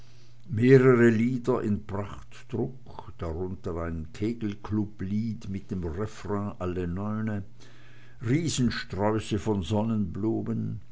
lieder in prachtdruck darunter ein kegelklublied mit dem refrain alle neune riesensträuße von